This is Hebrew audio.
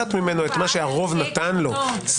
לקחת ממנו מה שהרוב נתן לו.